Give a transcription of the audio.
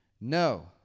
No